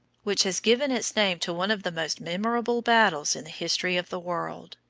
which has given its name to one of the most memorable battles in the history of the world.